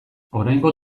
oraingo